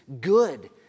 good